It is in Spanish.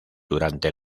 durante